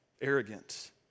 arrogant